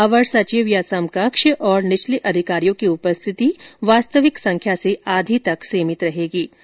अवर सचिव या समकक्ष और निचले अधिकारियों की उपस्थिति वास्तविक संख्या से आधी तक सीमित रहेगीं